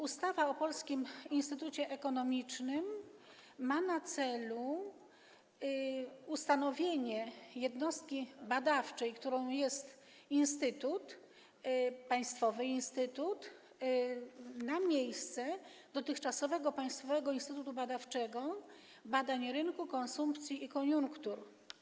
Ustawa o Polskim Instytucie Ekonomicznym ma na celu ustanowienie jednostki badawczej, którą jest państwowy instytut, na miejsce dotychczasowego instytutu badawczego - Instytutu Badań Rynku, Konsumpcji i Koniunktur.